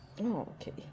Okay